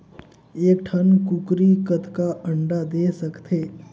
एक ठन कूकरी कतका अंडा दे सकथे?